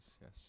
yes